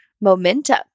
momentum